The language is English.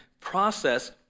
process